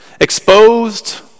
Exposed